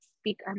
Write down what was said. speak